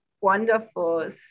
wonderful